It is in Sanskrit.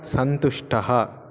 सन्तुष्टः